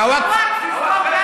את הווקף לסגור גם?